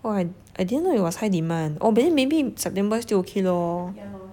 !wah! I didn't know it was high demand oh but then maybe september still okay lor